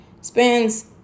spends